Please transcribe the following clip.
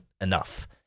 enough